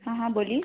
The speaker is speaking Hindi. हाँ हाँ बोलिए